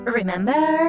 remember